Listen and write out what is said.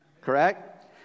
Correct